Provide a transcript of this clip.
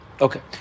Okay